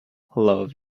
love